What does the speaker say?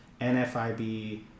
NFIB